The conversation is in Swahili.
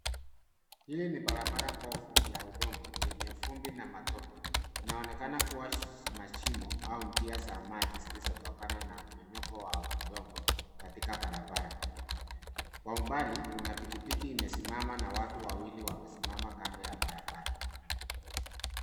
Hii ni barabara mbovu ya udongo yenye vumbi na matope. Inaonekana kuwa mashimo au njia za maji zilizotokana na mmomonyoko wa udongo katika barabara. Kwa umbali kuna pikipiki imesimama na watu wawili wamesimama kando ya barabara.